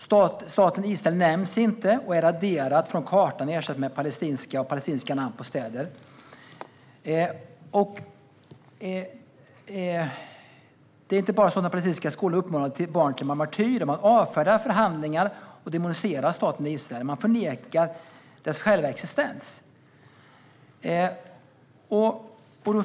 Staten Israel nämns inte och är raderad från kartan, där namnen på dess städer har ersatts med palestinska namn. Palestinska skolor uppmanar barn till att vara martyrer. Man avfärdar förhandlingar och demoniserar staten Israel. Man förnekar dess själva existens.